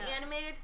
animated